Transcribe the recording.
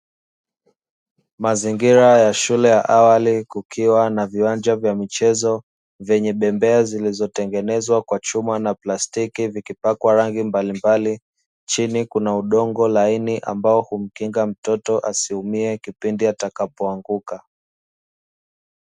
Mazingira ya shule ya awali kukiwa na viwanja vya michezo vyenye bembea zilizotengenezwa kwa chuma na plastiki iliyopakwa rangi mbalimbali. Chini kuna udongo laini ambao humkinga mtoto asiumie kipindi atakapoanguka.